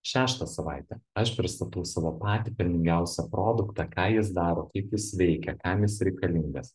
šeštą savaitę aš pristatau savo patį pelningiausią produktą ką jis daro kaip jis veikia kam jis reikalingas